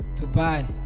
Dubai